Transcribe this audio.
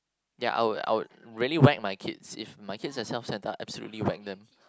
ya I would I would really whack my kids if my kids are self-centred i would absolutely whack them